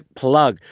plug